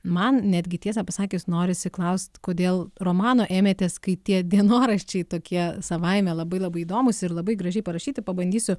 man netgi tiesą pasakius norisi klaust kodėl romano ėmėtės kai tie dienoraščiai tokie savaime labai labai įdomūs ir labai gražiai parašyti pabandysiu